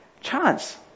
chance